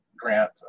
grant